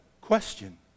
question